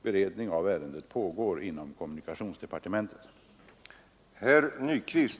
Beredning av ärendet pågår inom kommunikationsdepartementet.